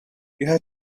had